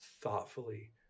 thoughtfully